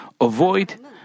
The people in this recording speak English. avoid